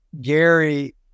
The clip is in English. Gary